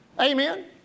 Amen